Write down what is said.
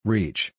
Reach